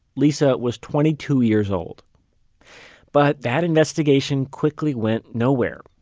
lisa was twenty two years old but that investigation quickly went nowhere,